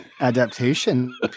adaptation